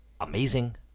amazing